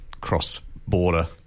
cross-border